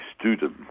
student